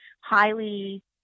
highly